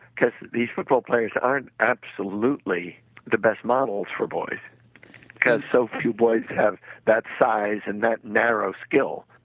because these football players aren't absolutely the best models for boys because so few boys have that size and that narrow skill,